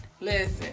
Listen